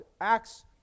acts